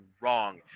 wrong